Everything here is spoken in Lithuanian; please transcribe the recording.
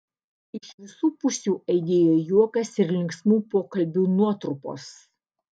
iš visu pusių aidėjo juokas ir linksmų pokalbių nuotrupos